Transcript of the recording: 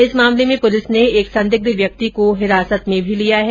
इस मामले में पुलिस ने एक संदिग्ध व्यक्ति को हिरासत में भी लिया है